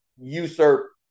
usurp